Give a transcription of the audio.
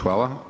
Hvala.